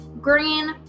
Green